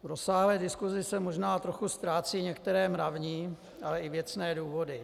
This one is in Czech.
V rozsáhlé diskusi se možná trochu ztrácejí některé mravní, ale i věcné důvody.